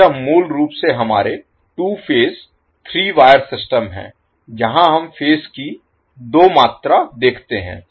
तो यह मूल रूप से हमारे 2 फेज 3 वायर सिस्टम है जहां हम फेज की दो मात्रा देखते हैं